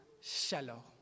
shallow